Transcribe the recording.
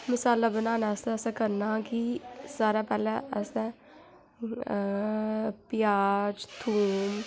मसाला बनाना असें उं'दा करना की सारें कशा पैह्लें असें प्याज थूम